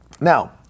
Now